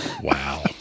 Wow